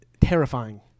terrifying